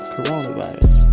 Coronavirus